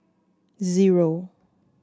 zero